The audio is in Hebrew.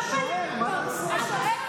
אבל אם